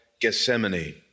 Gethsemane